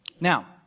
Now